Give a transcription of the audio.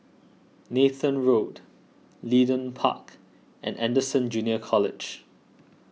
Nathan Road Leedon Park and Anderson Junior College